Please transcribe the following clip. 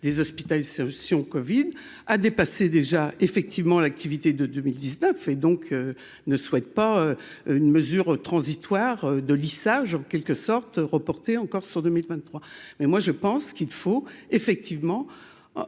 des hospitalisations Covid a dépassé déjà effectivement l'activité de 2000 19 et donc ne souhaite pas une mesure transitoire de lissage en quelque sorte, reporté encore sur 2023, mais moi je pense qu'il faut effectivement